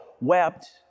wept